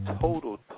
total